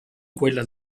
quella